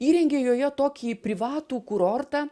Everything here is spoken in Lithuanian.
įrengė joje tokį privatų kurortą